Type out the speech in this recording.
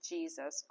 Jesus